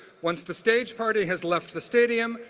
once the stage party has left the stadium,